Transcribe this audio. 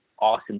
awesome